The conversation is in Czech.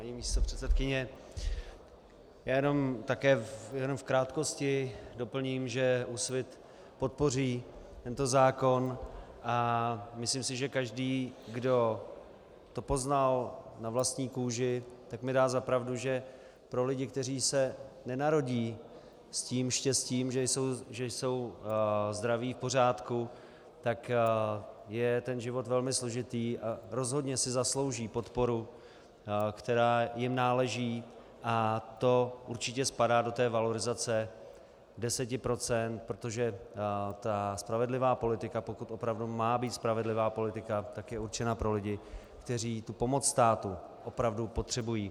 Paní místopředsedkyně, já jenom v krátkosti doplním, že Úsvit podpoří tento zákon, a myslím si, že každý, kdo to poznal na vlastní kůži, mi dá za pravdu, že pro lidi, kteří se nenarodí s tím štěstím, že jsou zdraví, v pořádku, tak je ten život velmi složitý a rozhodně si zaslouží podporu, která jim náleží, a to určitě spadá do té valorizace 10 %, protože ta spravedlivá politika, pokud opravdu má být spravedlivá politika, tak je určena pro lidi, kteří tu pomoc státu opravdu potřebují.